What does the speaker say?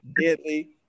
deadly